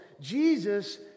Jesus